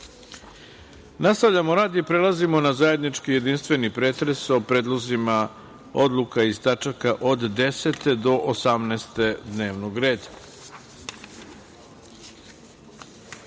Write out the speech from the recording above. Ivković. Nastavljamo rad i prelazimo na zajednički jedinstveni pretres o predlozima odluka iz tačaka od 10. do 18. dnevnog